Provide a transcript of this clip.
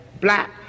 black